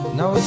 no